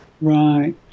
Right